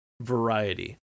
variety